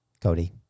Cody